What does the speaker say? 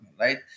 right